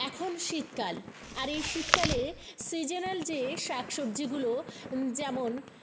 এখন শীতকাল আর এই শীতকালে সিজেনাল যে শাক সবজিগুলো যেমন